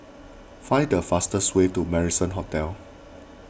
find the fastest way to Marrison Hotel